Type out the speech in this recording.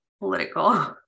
political